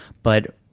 but